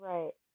Right